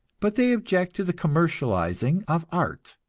but they object to the commercializing of art,